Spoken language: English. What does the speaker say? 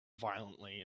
violently